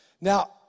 Now